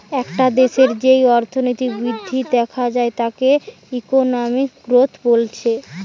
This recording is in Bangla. একটা দেশের যেই অর্থনৈতিক বৃদ্ধি দেখা যায় তাকে ইকোনমিক গ্রোথ বলছে